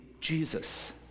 Jesus